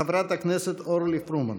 חברת הכנסת אורלי פרומן.